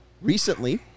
recently